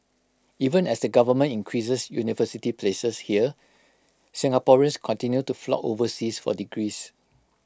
even as the government increases university places here Singaporeans continue to flock overseas for degrees